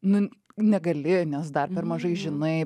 nu negali nes dar per mažai žinai